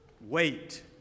wait